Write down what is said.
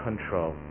control